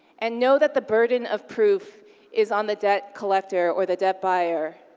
and know that the burden of proof is on the debt collector or the debt buyer.